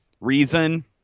reason